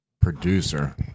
producer